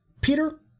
Peter